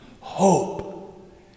Hope